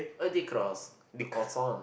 oh the cross the croissant